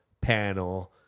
panel